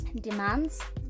demands